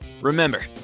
Remember